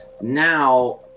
Now